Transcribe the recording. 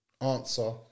answer